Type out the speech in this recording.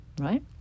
right